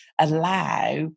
allow